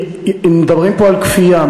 מדברים פה על כפייה,